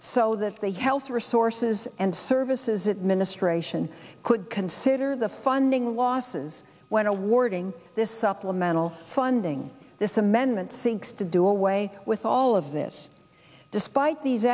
so that they health resources and services administration could consider the funding losses when awarding this supplemental funding this amendment seeks to do away with all of this despite these